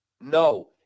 No